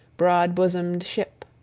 broad-bosomed ship.